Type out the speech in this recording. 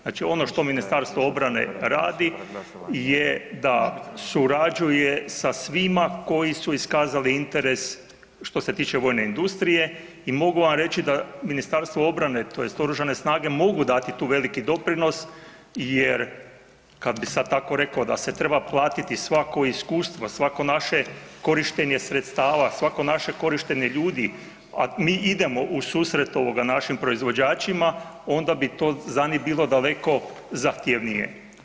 Znači ono što MORH radi je da surađuje sa svima koji su iskazali interes što se tiče vojne industrije i mogu vam reći da MORH, tj. Oružane snage mogu dati tu veliki doprinos jer kad bi sad tako rekao, da se treba platiti svako iskustvo, svako naše korištenje sredstava, svako naše korištenje ljudi, a mi idemo ususret našim proizvođačima, onda bi to za njih bilo daleko zahtjevnije.